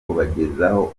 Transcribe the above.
kubagezaho